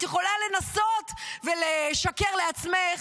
את יכולה לנסות ולשקר לעצמך,